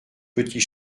petit